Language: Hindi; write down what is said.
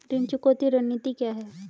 ऋण चुकौती रणनीति क्या है?